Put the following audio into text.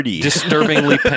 disturbingly